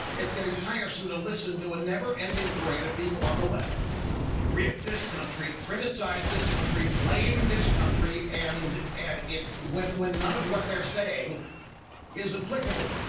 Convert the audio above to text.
is getting tiresome to listen to never ending parade of people on the left rip this country, criticize this country, blame this country. and and when when none of what they are saying is applicable.